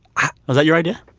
was that your idea?